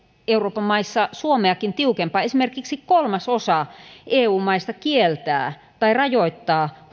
euroopan maissa suomeakin tiukempaa esimerkiksi kolmasosa eu maista kieltää tai rajoittaa